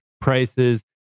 prices